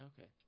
Okay